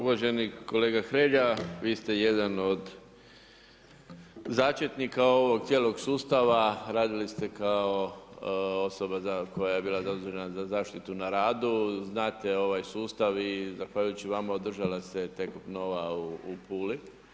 Uvaženi kolega Hrelja, vi ste jedan od začetnika ovog cijelog sustava, radili ste kao osoba koja je bila zadužena za zaštitu na radu, znate ovaj sustav i zahvaljujući vama održala se … u Puli.